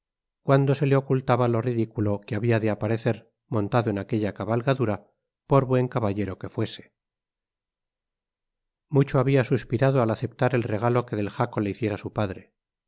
cuando se le ocultaba lo ridiculo que habia de aparecer montado en aquella cabalgadura por buen caballero que fuese mucho habia suspirado al aceptar el regalo que del jaco le hiciera su padre